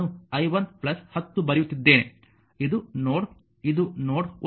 ನಾನು i 1 10 ಬರೆಯುತ್ತಿದ್ದೇನೆ ಇದು ನೋಡ್ ಇದು ನೋಡ್